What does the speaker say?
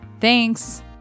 Thanks